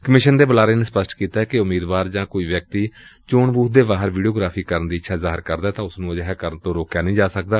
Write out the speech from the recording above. commission ਦੇ ਬੁਲਾਰੇ ਨੇ ਸਪੱਸ਼ਟ ਕੀਤਾ ਕਿ ਜੇ ਉਮੀਦਵਾਰ ਜਾਂ ਕੋਈ ਹੋਰ ਵਿਅਕਤੀ ਚੋਣ ਬੁਥ ਦੇ ਬਾਹਰ ਵੀਡੀਓਗ੍ਾਫ਼ੀ ਕਰਨ ਦੀ ਇੱਛਾ ਜ਼ਾਹਰ ਕਰਦੈ ਤਾਂ ਉਸ ਨੂੰ ਅਜਿਹਾ ਕਰਨ ਤੋਂ ਰੋਕਿਆ ਨਹੀ ਜਾ ਸਕਦਾ